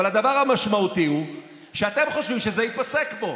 אבל הדבר המשמעותי הוא שאתם חושבים שזה ייפסק פה.